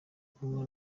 kunywa